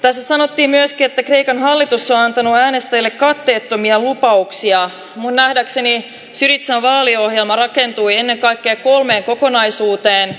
osa nauttii myös kenttä kreikan hallitus on tänään estelle katteettomia lupauksia on nähdäkseni siitsa vaaliohjelma rakentui ennen kaikkea kolme kokonaisuuteen